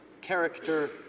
character